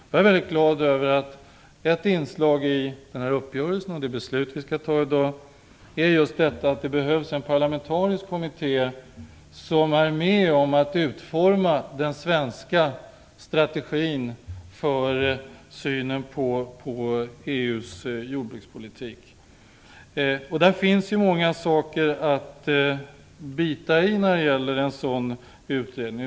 Jag är väldigt glad över att ett inslag i uppgörelsen och i det beslut som vi skall fatta här i dag är just att en parlamentarisk kommitté skall vara med om att utforma strategin för synen på EU:s jordbrukspolitik. Det finns många saker att bita i när det gäller en sådan utredning.